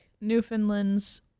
newfoundlands